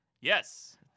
Yes